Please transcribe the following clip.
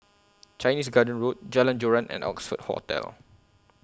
Chinese Garden Road Jalan Joran and Oxford Hotel